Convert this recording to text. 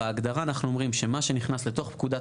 בהגדרה אנחנו אומרים שמה שנכנס לתוך פקודת